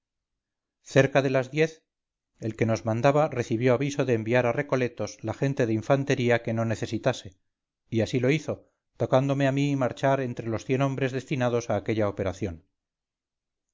cerca de las diez el que nos mandaba recibió aviso de enviar a recoletos la gente de infantería que no necesitase y así lo hizo tocándome a mí marchar entre los cien hombres destinados a aquella operación